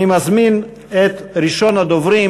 אני מזמין את ראשון הדוברים,